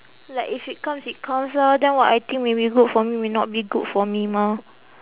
like if it comes it comes lah then what I think may be good for me may not be good for me mah